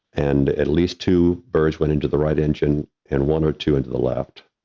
and at least two birds went into the right engine and one or two into the left.